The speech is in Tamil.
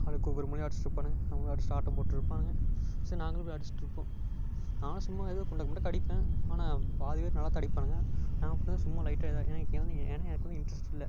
ஆளுக்கு ஒவ்வொரு மூலையில் அடிச்சுட்டிருப்பானுங்க அவுங்கவங்க அடித்து ஆட்டம் போட்டுட்டிருப்பானுங்க சரி நாங்களும் போய் அடிச்சுட்டிருப்போம் நானும் சும்மா எதோ குண்டக்க மண்டக்க அடிப்பேன் ஆனால் பாதி பேர் நல்லாதான் அடிப்பானுங்க நான் அப்படியே சும்மா லைட்டாக எதா எனக்கு ஏன்னா எனக்கு வந்து இன்ட்ரஸ்ட் இல்லை